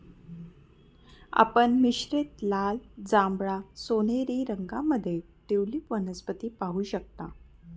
आपण मिश्रित लाल, जांभळा, सोनेरी रंगांमध्ये ट्यूलिप वनस्पती पाहू शकता